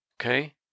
Okay